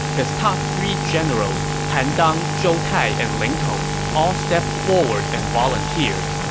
his top three generals han dang, zhou tai, and ling tong all stepped forward and volunteered.